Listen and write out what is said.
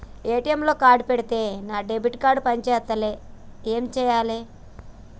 ATM లా card పెడితే నా డెబిట్ కార్డ్ పని చేస్తలేదు ఏం చేయాలే?